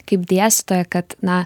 kaip dėstytoja kad na